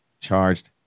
charged